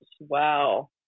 Wow